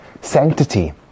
sanctity